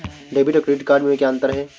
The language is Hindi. डेबिट या क्रेडिट कार्ड में क्या अन्तर है?